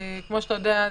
כמו שאתה יודע,